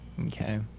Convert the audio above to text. Okay